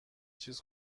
چیز